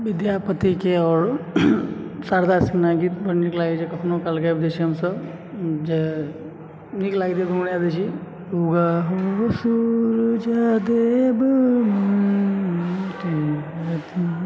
विद्यापतिके आओर शारदा सिन्हाके गीत बड्ड नीक लागय छै कखनो काल गाबि दय छियै हमसभ जे नीक लागैत अछि गुनगुनाय दैत छी उगऽ हो सुरुज देव